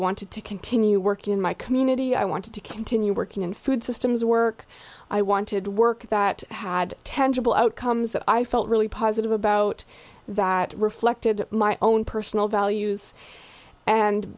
wanted to continue working in my community i wanted to continue working in food systems work i wanted work that had ten jubal outcomes that i felt really positive about that reflected my own personal values and